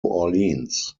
orleans